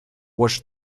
watch